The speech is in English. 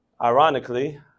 ironically